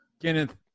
Kenneth